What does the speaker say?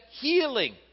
healing